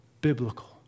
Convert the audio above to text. biblical